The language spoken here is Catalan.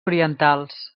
orientals